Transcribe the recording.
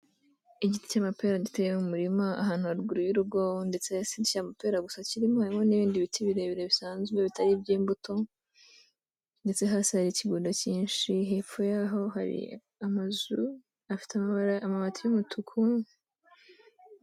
Igiti cy'amapera giteye mu muririma ahantu haruguru y'urugo, ndetse si n'icy'amapera gusa kirimo harimo n'ibindi biti birebire bisanzwe bitari iby'imbuto ndetse hasi hari ikigunda cyinshi, hepfo yaho hari amazu afite amabati y'umutuku.